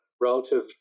relative